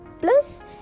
plus